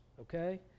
okay